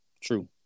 True